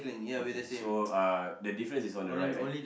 okay so uh the difference is on the right right